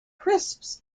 crisps